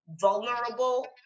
vulnerable